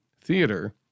theater